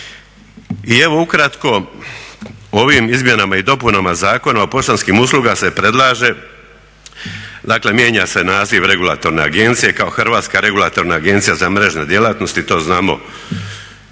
I evo ukratko ovim izmjenama i dopunama Zakona o poštanskim uslugama se predlaže, dakle mijenja se naziv regulatorne agencije kao Hrvatska regulatorna agencija za mrežne djelatnosti. To znamo